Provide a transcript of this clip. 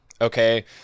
okay